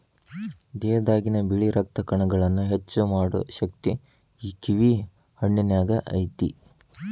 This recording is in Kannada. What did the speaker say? ದೇಹದಾಗಿನ ಬಿಳಿ ರಕ್ತ ಕಣಗಳನ್ನಾ ಹೆಚ್ಚು ಮಾಡು ಶಕ್ತಿ ಈ ಕಿವಿ ಹಣ್ಣಿನ್ಯಾಗ ಐತಿ